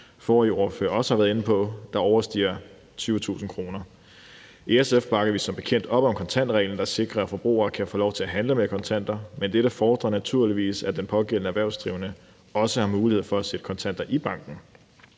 forrige ordførere også har været inde på, overstiger 20.000 kr. I SF bakker vi som bekendt op om kontantreglen, der sikrer, at forbrugere kan få lov til at handle med kontanter, men dette fordrer naturligvis, at den pågældende erhvervsdrivende også har mulighed for at sætte kontanter i banken.